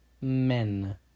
men